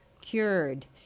cured